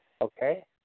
Okay